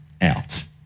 out